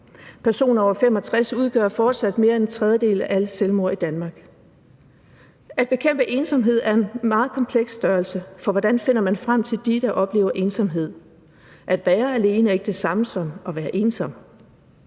Personer over 65 udgør fortsat mere end en tredjedel af alle selvmord i Danmark. At bekæmpe ensomhed er en meget kompleks størrelse, for hvordan finder man frem til dem, der oplever ensomhed? At være alene er ikke det samme som at være ensom.